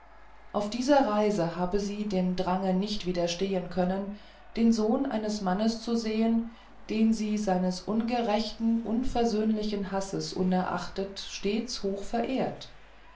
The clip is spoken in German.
auf dieser reise habe sie dem drange nicht widerstehen können den sohn eines mannes zu sehen den sie seines ungerechten unversöhnlichen hasses unerachtet stets